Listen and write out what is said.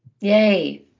Yay